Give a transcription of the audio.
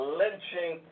lynching